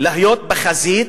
להיות בחזית,